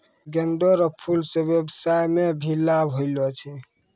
गेंदा रो फूल से व्यबसाय मे भी लाब होलो छै